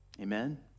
Amen